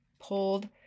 pulled